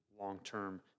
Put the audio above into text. long-term